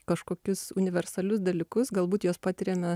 kažkokius universalius dalykus galbūt juos patiriame